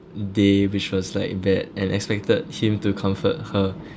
day which was like bad and expected him to comfort her